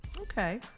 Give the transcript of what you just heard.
okay